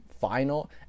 final